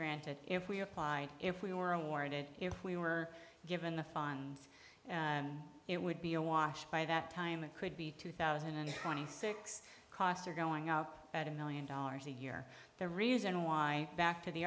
granted if we applied if we were awarded if we were given the funds it would be a wash by that time it could be two thousand and twenty six costs are going up at a million dollars a year the reason why back to the